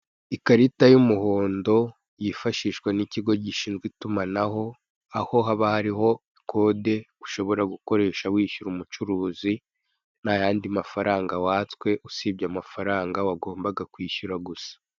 Ikarita y'umuhondo, yifashishwa n'ikigo gishinzwe itumanaho, aho haba hariho kode ushobora gukoresha wishyura umucuruzi, ntayandi mafaranga watswe, usibye amafaranga wagombaga kwishyura gusa.